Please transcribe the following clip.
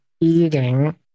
eating